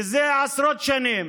זה עשרות שנים